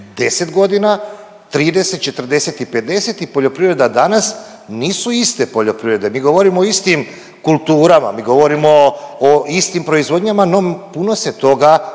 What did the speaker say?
10 godina, 30, 40 i 50 i poljoprivreda danas nisu iste poljoprivrede. Mi govorimo o istim kulturama, mi govorimo o istim proizvodnjama no puno se toga